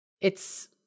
It's-